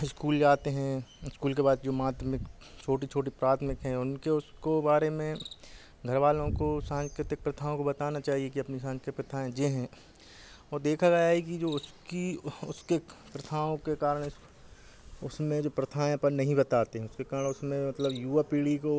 school जाते हैं school के बाद जो मातमिक छोटी छोटी प्राथमिक हैं उनके उसको बारे में घर वालों को सांकृतिक प्रथाओं को बताना चाहिए कि अपनी सांके प्रथाएं ये हैं और देखा गया है कि जो उसकी उसके क प्रथाओं के कारण इस उसमें जो प्रथाएं अपन नहीं बताते हैं उसके कारण उसमें मतलब युवा पीढ़ी को